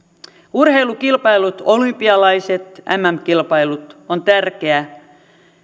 urheilukilpailut olympialaiset mm kilpailut on tärkeää